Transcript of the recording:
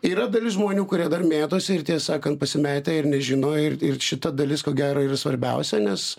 yra dalis žmonių kurie dar mėtosi ir tiesą sakant pasimetę ir nežino ir ir šita dalis ko gero yra svarbiausia nes